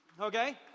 Okay